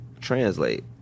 translate